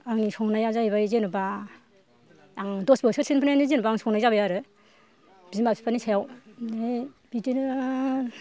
आंनि संनाया जाहैबाय जेनोबा आं दस बोसोरसोनिफ्रायनो जेन'बा आं संनाय जाबाय आरो बिमा बिफानि सायाव बिदिनो